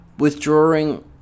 Withdrawing